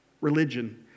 religion